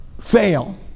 fail